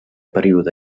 període